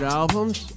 albums